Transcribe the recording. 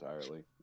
entirely